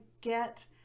get